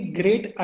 great